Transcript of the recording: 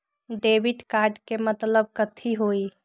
Debit card के मतलब कथी होई?